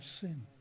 sin